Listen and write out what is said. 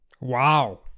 Wow